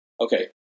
Okay